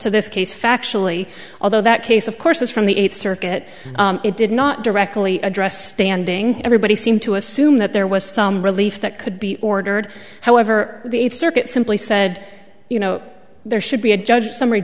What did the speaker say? to this case factually although that case of course from the eighth circuit it did not directly address standing everybody seemed to assume that there was some relief that could be ordered however the eighth circuit simply said you know there should be a judge's summary